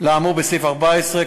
לאמור בסעיף 14,